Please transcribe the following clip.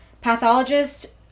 Pathologist